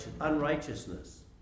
unrighteousness